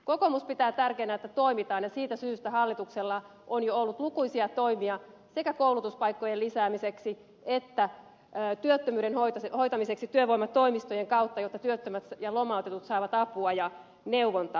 kokoomus pitää tärkeänä että toimitaan ja siitä syystä hallituksella on jo ollut lukuisia toimia sekä koulutuspaikkojen lisäämiseksi että työttömyyden hoitamiseksi työvoimatoimistojen kautta jotta työttömät ja lomautetut saavat apua ja neuvontaa